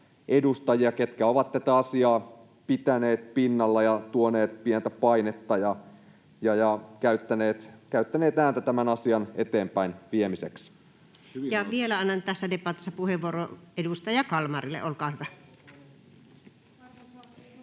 edustajia, jotka ovat tätä asiaa pitäneet pinnalla ja tuoneet pientä painetta ja käyttäneet ääntä tämän asian eteenpäin viemiseksi. Ja vielä annan tässä debatissa puheenvuoron edustaja Kalmarille, olkaa hyvä.